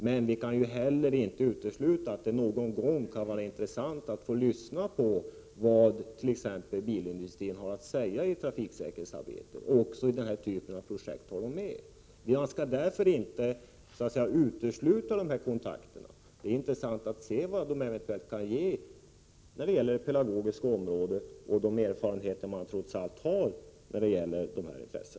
Men vi kan inte heller utesluta att det någon gång kan vara intressant att få höra vad t.ex. bilindustrin har att säga när det gäller trafiksäkerhetsarbetet och att även ha den med i denna typ av projekt. Man skall därför inte utesluta dessa kontakter. Det är intressant att se vad dessa kan ge när det gäller det pedagogiska området, med de erfarenheter som de trots allt har på detta område.